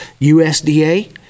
USDA